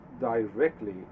directly